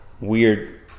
weird